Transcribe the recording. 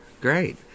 Great